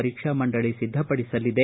ಪರೀಕ್ಷಾ ಮಂಡಳಿ ಸಿದ್ಧಪಡಿಸಲಿದೆ